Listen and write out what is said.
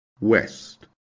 West